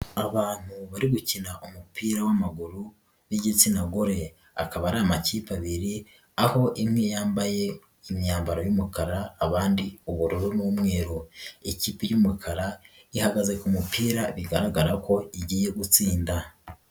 Abantu bari gukina umupira w'amaguru b'igitsina gore, akaba ari amakipe abiri, aho imwe yambaye imyambaro y'umukara, abandi ubururu n'umweru, ikipe y'umukara ihagaze ku mupira, bigaragara ko igiye gutsinda.